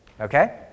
Okay